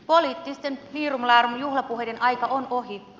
poliittisten liirumlaarum juhlapuheiden aika on ohi